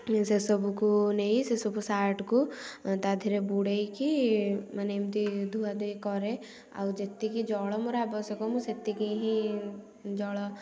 ସେ ସବୁକୁ ନେଇ ସେସବୁ ସାର୍ଟକୁ ତାଧିଅରେ ବୁଡ଼େଇକି ମାନେ ଏମତି ଧୁଆ ଧୁଇ କରେ ଆଉ ଯେତିକି ଜଳ ମୋର ଆବଶ୍ୟକ ମୁଁ ସେତିକି ହିଁ ଜଳ